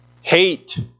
hate